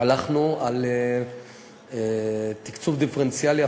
הלכנו על תקצוב דיפרנציאלי,